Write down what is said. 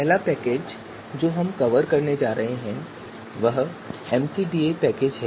पहला पैकेज जो हम कवर करने जा रहे हैं वह एमसीडीए पैकेज है